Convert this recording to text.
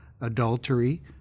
adultery